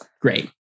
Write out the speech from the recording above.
Great